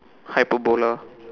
hyperbola